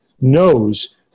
knows